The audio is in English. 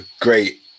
great